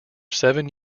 seven